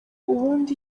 ubundi